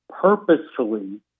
purposefully